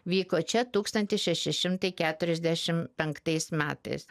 vyko čia tūkstantis šeši šimtai keturiasdešimt penktais metais